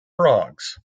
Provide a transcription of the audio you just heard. frogs